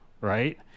right